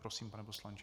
Prosím, pane poslanče.